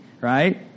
right